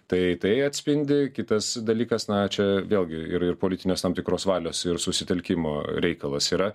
tai tai atspindi kitas dalykas na čia vėlgi yra ir politinės tam tikros valios ir susitelkimo reikalas yra